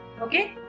Okay